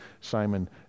Simon